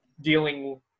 dealing